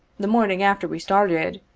the morning after we started,